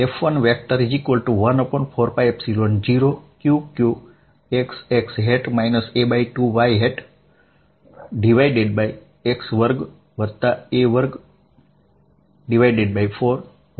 અને આ કેસમાં મારો ફાઇનલ જવાબ F114π0Qqx2a2432 થશે